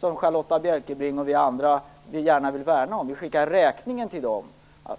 som Charlotta L Bjälkebring och vi andra gärna vill värna om. De